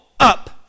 Up